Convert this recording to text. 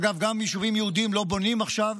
אגב, גם יישובים יהודיים לא בונים עכשיו,